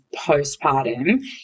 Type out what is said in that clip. postpartum